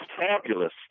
fabulous